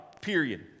period